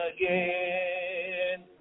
again